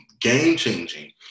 game-changing